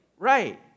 Right